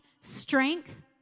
strength